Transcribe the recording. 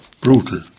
Brutal